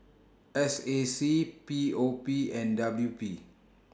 S A C P O P and W P